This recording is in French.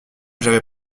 j’avais